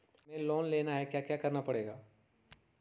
हमें लोन लेना है क्या क्या करना पड़ेगा?